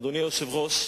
אדוני היושב-ראש,